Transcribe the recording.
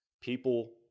people